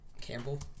Campbell